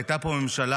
הייתה פה ממשלה,